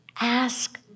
ask